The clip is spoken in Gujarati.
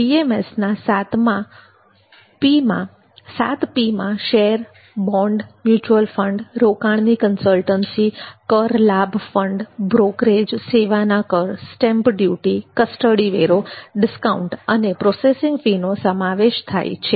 PMSના 7Pમા શેરબોન્ડ મ્યુચ્યુઅલ ફંડ રોકાણની કન્સલ્ટન્સી કર લાભ ફંડ બ્રોકરેજ સેવાના કર સ્ટેમ્પ ડ્યુટી કસ્ટડી વેરો ડિસ્કાઉન્ટ અને પ્રોસેસિંગ ફી નો સમાવેશ થાય છે